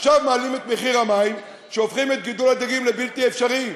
עכשיו מעלים את מחיר המים והופכים את גידול הדגים לבלתי אפשרי.